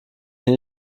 hier